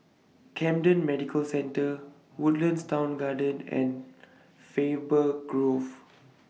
Camden Medical Centre Woodlands Town Garden and Faber Grove